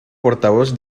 portavoz